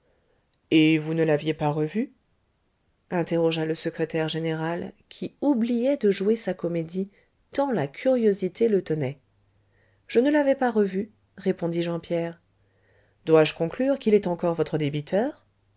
et vous ne l'aviez pas revu interrogea le secrétaire général qui oubliait de jouer sa comédie tant la curiosité le tenait je ne l'avais pas revu répondit jean pierre dois-je conclure qu'il est encore votre débiteur